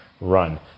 run